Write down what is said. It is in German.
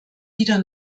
wieder